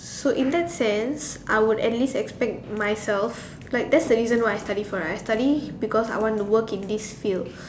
so in that sense I would at least expect myself like that's the reason why I study for right I study because I want to work in this field